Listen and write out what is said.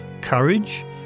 Courage